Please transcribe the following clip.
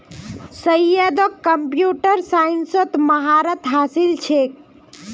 सैयदक कंप्यूटर साइंसत महारत हासिल छेक